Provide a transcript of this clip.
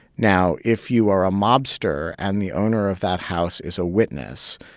now, if you are a mobster, and the owner of that house is a witness,